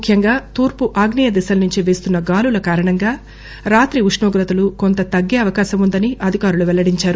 ముఖ్యంగా తూర్పు ఆగ్నేయ దిశల నుంచి వీస్తున్న గాలుల కారణంగా రాత్రి ఉష్ణోగ్రతలు కోంత తగ్గే అవకాశం ఉందని అధికారులు పెల్లడించారు